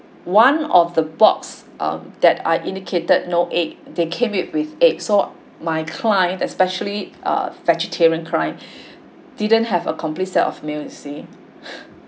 one of the box um that I indicate that no egg they came in with egg so my client especially err vegetarian client didn't have a complete set of meal you see